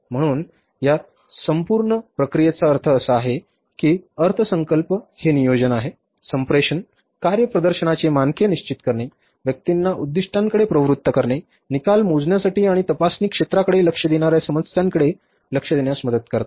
म्हणूनच या संपूर्ण प्रक्रियेचा अर्थ असा आहे की अर्थसंकल्प हे नियोजन संप्रेषण कार्यप्रदर्शनाचे मानके निश्चित करणे व्यक्तींना उद्दीष्टांकडे प्रवृत्त करणे निकाल मोजण्यासाठी आणि तपासणी क्षेत्राकडे लक्ष देणार्या समस्यांकडे लक्ष देण्यास मदत करतात